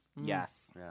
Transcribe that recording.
Yes